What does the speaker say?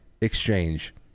exchange